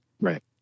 Right